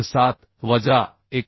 7 वजा 91